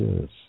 yes